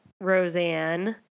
Roseanne